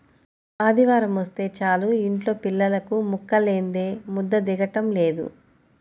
ఆదివారమొస్తే చాలు యింట్లో పిల్లలకు ముక్కలేందే ముద్ద దిగటం లేదు